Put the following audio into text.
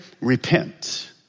Repent